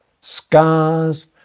scars